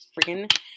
freaking